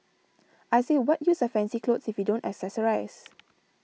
I say what use are fancy clothes if you don't accessorise